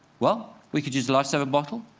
well, we could use the lifesaver bottle.